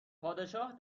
پادشاه